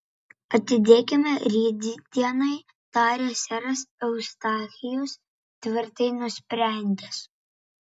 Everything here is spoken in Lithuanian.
atidėkime rytdienai tarė seras eustachijus tvirtai nusprendęs